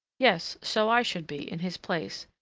yes, so i should be in his place,